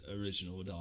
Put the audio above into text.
original